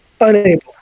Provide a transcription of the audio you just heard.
unable